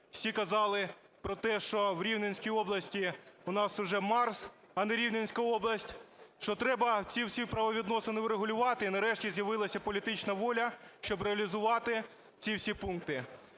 всі казали про те, що в Рівненській області у нас уже Марс, а не Рівненська область, що треба ці всі правовідносини врегулювати і нарешті з'явилася політична воля щоб реалізувати ці всі пункти.